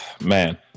man